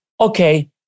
okay